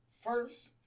first